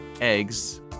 eggs